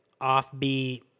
offbeat